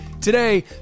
Today